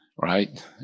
right